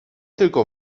tylko